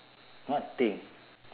what thing